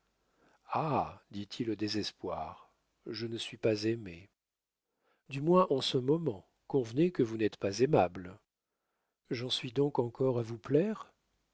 ha dit-il au désespoir je ne suis pas aimé du moins en ce moment convenez que vous n'êtes pas aimable j'en suis donc encore à vous plaire